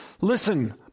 Listen